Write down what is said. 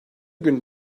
gün